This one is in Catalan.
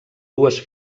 dues